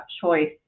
choice